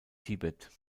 tibet